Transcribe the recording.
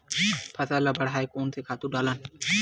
फसल ल बढ़ाय कोन से खातु डालन?